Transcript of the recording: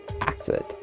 Acid